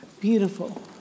beautiful